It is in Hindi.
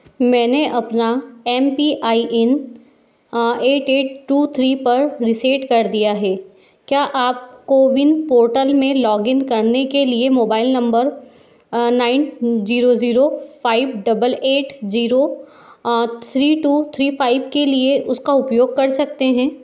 मैंने अपना M P I N eight eight two three पर रीसेट कर दिया है क्या आप कोविन पोर्टल में लॉगइन करने के लिए mobile number nine zero zero five double eight zero three two three five के लिए उसका उपयोग कर सकते हैं